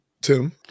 Tim